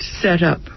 setup